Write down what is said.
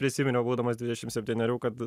prisiminiau būdamas dvidešim septynerių kad